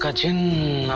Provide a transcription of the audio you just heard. ah genie,